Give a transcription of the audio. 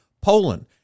Poland